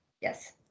Yes